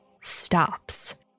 stops